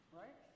right